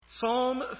Psalm